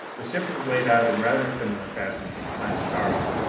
the ship was laid out in rather similar fashion to the planetara,